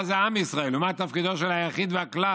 מה זה עם ישראל ומה תפקידו של היחיד והכלל.